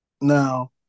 Now